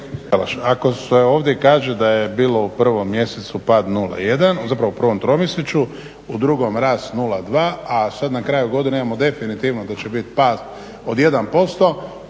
Ako se ovdje kaže da je bilo u prvom mjesecu pad 0,1 zapravo u prvom tromjesečje u drugom rast 0,2 a sada na kraju godine imamo definitivno da će biti pad od 1%